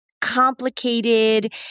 complicated